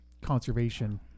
conservation